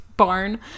Barn